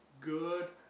good